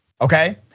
okay